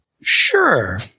Sure